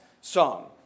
song